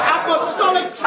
apostolic